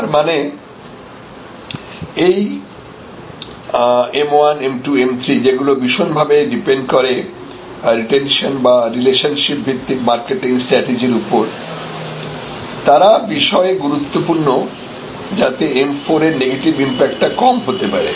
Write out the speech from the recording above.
তারমানে এইM1 M3যেগুলো ভীষণভাবে ডিপেন্ড করে রিটেনশন বা রিলেশনশিপ ভিত্তিক মার্কেটিং স্ট্র্যাটেজি উপরতারা বিষয়ে গুরুত্বপূর্ণ যাতে M4 এর নেগেটিভ ইম্প্যাক্ট টা কম হতে পারে